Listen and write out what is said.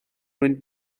mwyn